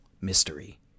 mystery